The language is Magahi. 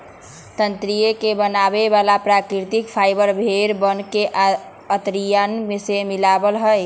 तंत्री के बनावे वाला प्राकृतिक फाइबर भेड़ वन के अंतड़ियन से मिला हई